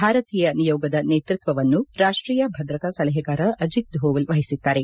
ಭಾರತೀಯ ನಿಯೋಗದ ನೇತೃತ್ವವನ್ನು ರಾಷ್ಲೀಯ ಭದ್ರತಾ ಸಲಹೆಗಾರ ಅಜಿತ್ ಧೋವಲ್ ವಹಿಸಿದ್ಲಾರೆ